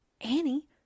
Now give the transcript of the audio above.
Annie